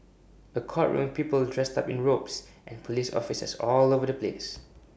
A courtroom people dressed up in robes and Police officers all over the place